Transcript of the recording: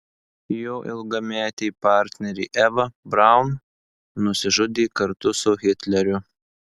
jo ilgametė partnerė eva braun nusižudė kartu su hitleriu